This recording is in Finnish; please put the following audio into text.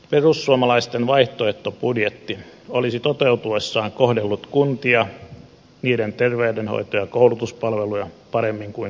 perussuomalaisten vaihtoehtobudjetti olisi toteutuessaan kohdellut kuntia niiden terveydenhoito ja koulutuspalveluja paremmin kuin hallituksen budjetti